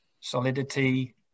solidity